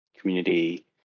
community